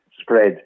spread